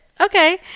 Okay